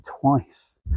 twice